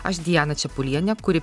aš diana čepulienė kuri